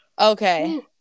Okay